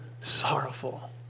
sorrowful